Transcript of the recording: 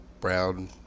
brown